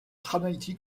trinity